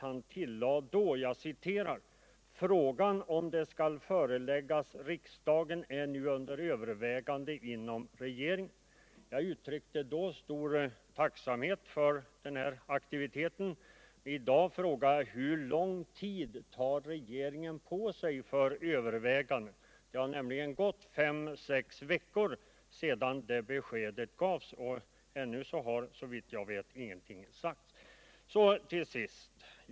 Han tillade att ”frågan om det skall föreläggas riksdagen är nu under övervägande inom regeringen”. Jag uttryckte då stor tacksamhet för denna aktivitet. I dag frågar jag: Hur lång tid tar regeringen på sig för övervägandet? Det har nämligen gått fem sex veckor sedan det beskedet lämnades, och ännu har såvitt jag vet ingenting sagts.